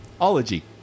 Ology